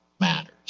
matters